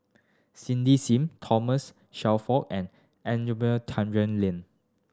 Cindy Sim Thomas Shelford and Tjendri Liew